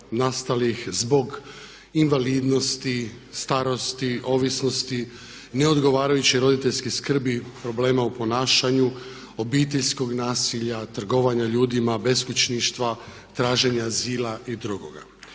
zbog invalidnosti, starosti, ovisnosti, neodgovarajuće roditeljske skrbi, problema u ponašanju, obiteljskog nasilja, trgovanja ljudima, beskućništva, traženje azila i drugoga.